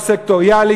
לא סקטוריאלי,